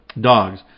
Dogs